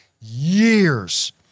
years